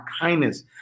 kindness